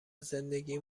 زندگی